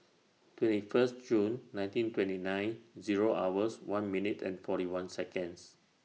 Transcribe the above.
twenty First June nineteen twenty nine Zero hours one minute and forty one Seconds